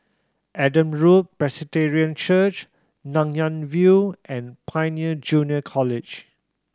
Adam Road Presbyterian Church Nanyang View and Pioneer Junior College